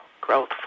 growth